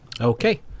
Okay